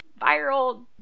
viral